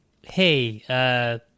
Hey